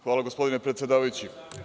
Hvala, gospodine predsedavajući.